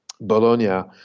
Bologna